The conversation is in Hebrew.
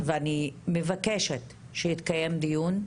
ואני מבקשת שיתקיים דיון,